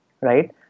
right